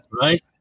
Right